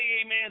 amen